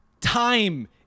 time